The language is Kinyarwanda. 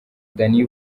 danny